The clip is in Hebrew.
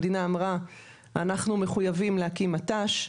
המדינה אמרה אנחנו מחויבים להקים מט"ש,